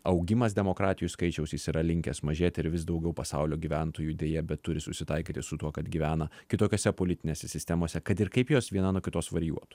augimas demokratijų skaičiaus jis yra linkęs mažėti ir vis daugiau pasaulio gyventojų deja bet turi susitaikyti su tuo kad gyvena kitokiose politinėse sistemose kad ir kaip jos viena nuo kitos varijuotų